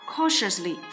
Cautiously